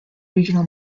regional